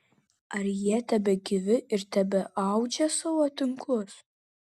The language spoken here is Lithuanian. ar jie tebegyvi ir tebeaudžia savo tinklus